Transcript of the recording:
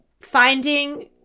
finding